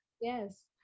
yes